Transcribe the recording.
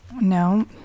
No